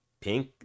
pink